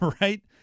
right